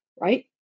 right